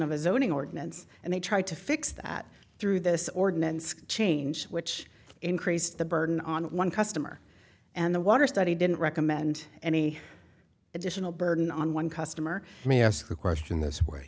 own ordinance and they tried to fix that through this ordinance change which increased the burden on one customer and the water study didn't recommend any additional burden on one customer may ask a question this way